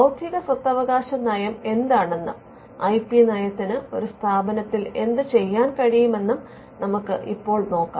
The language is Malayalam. ബൌദ്ധിക സ്വത്തവകാശ നയം എന്താണെന്നും ഐ പി നയത്തിന് ഒരു സ്ഥാപനത്തിൽ എന്ത് ചെയ്യാൻ കഴിയും എന്നും നമുക്ക് ഇപ്പോൾ നോക്കാം